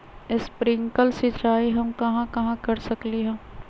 Sprinkle सिंचाई हम कहाँ कहाँ कर सकली ह?